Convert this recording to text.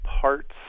parts